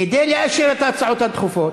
כדי לאשר את ההצעות הדחופות,